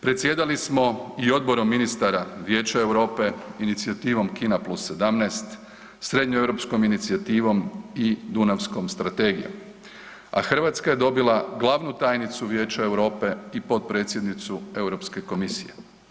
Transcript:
Predsjedali smo i Odborom ministara Vijeća Europe inicijativom Kina+17, Srednjoeuropskom inicijativom i Dunavskom strategijom, a Hrvatske je dobila glavnu tajnicu Vijeća Europe i potpredsjednicu EU komisije.